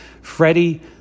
Freddie